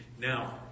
Now